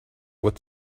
what